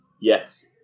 Yes